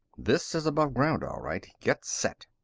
this is above ground, all right. get set.